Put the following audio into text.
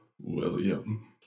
William